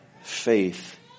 faith